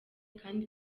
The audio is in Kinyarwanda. kandi